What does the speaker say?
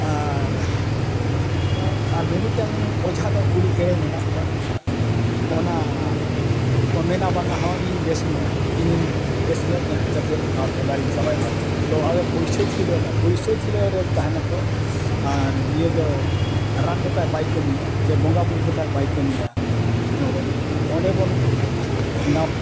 ᱟᱨ ᱟᱨ ᱢᱤ ᱢᱤᱫᱴᱟᱝ ᱚᱡᱷᱟ ᱫᱚ ᱟᱹᱰᱤ ᱮᱲᱮ ᱢᱮᱱᱟᱜ ᱠᱚᱣᱟ ᱚᱱᱟ ᱠᱚ ᱢᱮᱱᱟ ᱵᱟᱝ ᱦᱚᱸ ᱤᱧᱤᱧ ᱵᱮᱥ ᱢᱮᱭᱟ ᱤᱧᱤᱧ ᱵᱮᱥ ᱛᱮ ᱱᱚᱣᱟ ᱵᱮᱢᱟᱨᱤᱧ ᱪᱟᱵᱟᱭᱟ ᱛᱚ ᱟᱫᱚ ᱯᱚᱭᱥᱟᱭ ᱪᱷᱩᱞᱟᱹᱣ ᱢᱮᱭᱟ ᱯᱚᱭᱥᱟ ᱪᱷᱩᱞᱟᱹᱣ ᱨᱮ ᱛᱟᱦᱮᱱᱟᱠᱚ ᱟᱨ ᱤᱭᱟᱹ ᱫᱚ ᱨᱟᱱ ᱫᱚ ᱛᱟᱭ ᱵᱟᱭ ᱠᱟᱹᱢᱤᱭᱟ ᱪᱮ ᱵᱚᱸᱜᱟ ᱵᱩᱨᱩ ᱦᱚᱸᱛᱟᱭ ᱵᱟᱭ ᱠᱟᱹᱢᱤᱭᱟ ᱛᱚ ᱚᱸᱰᱮ ᱵᱚᱱ ᱱᱟᱯ